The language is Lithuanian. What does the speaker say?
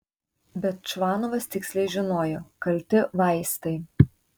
bet čvanovas tiksliai žinojo kalti vaistai